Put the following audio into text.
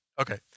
Okay